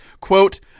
quote